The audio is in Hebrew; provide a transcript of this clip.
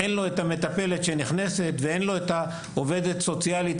אין לו את המטפלת שנכנסת ואין לו את העובדת הסוציאלית